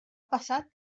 passat